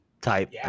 type